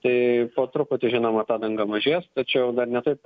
tai po truputį žinoma ta danga mažės tačiau dar ne taip